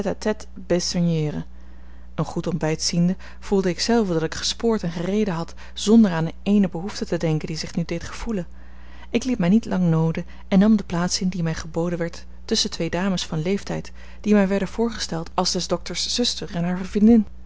tête besogneeren een goed ontbijt ziende voelde ik zelve dat ik gespoord en gereden had zonder aan eene behoefte te denken die zich nu deed gevoelen ik liet mij niet lang nooden en nam de plaats in die mij geboden werd tusschen twee dames van leeftijd die mij werden voorgesteld als des dokters zuster en hare vriendin